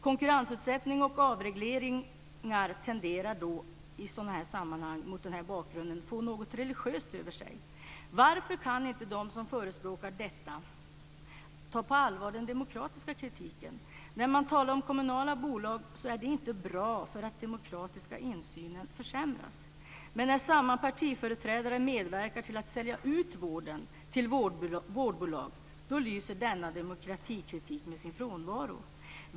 Konkurrensutsättning och avregleringar tenderar i de här sammanhangen och mot den här bakgrunden att få något religiöst över sig. Varför kan inte de som förespråkar detta ta den demokratiska kritiken på allvar? När man talar om kommunala bolag är det inte bra för att den demokratiska insynen försämras. Men när samma partiföreträdare medverkar till att sälja ut vården till vårdbolag, då lyser denna demokratikritik med sin frånvaro.